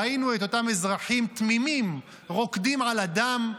ראינו את אותם אזרחים תמימים רוקדים על הדם.